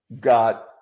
got